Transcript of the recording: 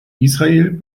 israel